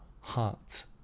heart